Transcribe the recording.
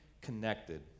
connected